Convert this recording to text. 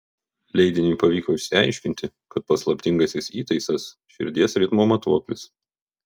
leidiniui pavyko išsiaiškinti kad paslaptingasis įtaisas širdies ritmo matuoklis